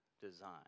design